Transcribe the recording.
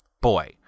Boy